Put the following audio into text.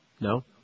No